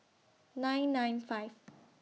nine nine five